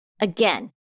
Again